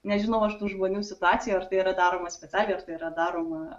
nežinau aš tų žmonių situacijų ar tai yra daroma specialiai ir tai yra daroma